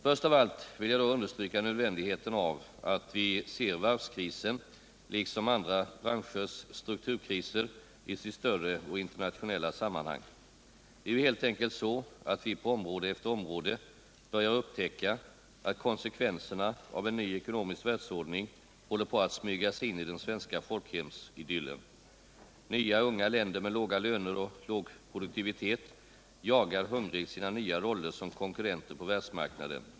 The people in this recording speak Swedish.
Först av allt vill jag då understryka nödvändigheten av att vi ser varvskrisen — liksom andra branschers strukturkriser — i sitt större och internationella sammanhang. Det är helt enkelt så att vi på område efter område börjar upptäcka att konsekvenserna av en ny ekonomisk världsordning håller på att smyga sig in i den svenska folkhemsidyllen. Nya unga länder med låga löner och låg produktivitet jagar hungrigt sina nya roller som konkurrenter på världsmarknaden.